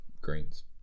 greens